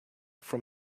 from